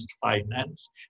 finance